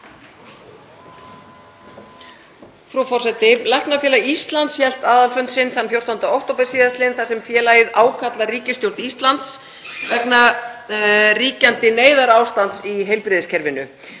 Frú forseti. Læknafélag Íslands hélt aðalfund sinn 14. október sl., þar sem félagið ákallar ríkisstjórn Íslands vegna ríkjandi neyðarástands í heilbrigðiskerfinu.